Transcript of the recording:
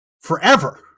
forever